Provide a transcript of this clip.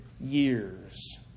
years